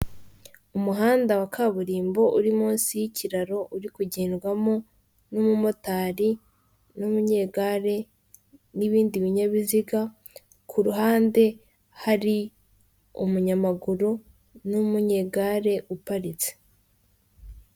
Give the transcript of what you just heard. Umuhanda wa kaburimbo uri munsi y'ikiraro uri kugendwamo n'umumotari n'umunyegare n'ibindi binyabiziga, ku ruhande hari umunyamaguru n'umunyegare uparitse.